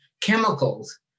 chemicals